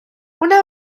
una